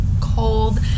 cold